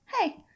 Hey